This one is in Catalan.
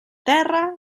terra